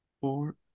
four